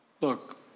Look